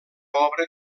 obra